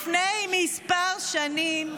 לפני כמה שנים,